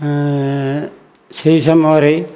ହୁଁ ସେହି ସମୟରେ